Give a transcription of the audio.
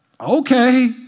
okay